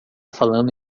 falando